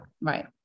Right